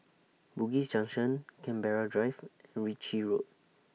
Bugis Junction Canberra Drive and Ritchie Road